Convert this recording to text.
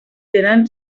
tenen